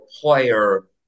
player